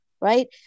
right